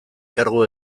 kargu